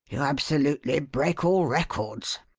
you absolutely break all records.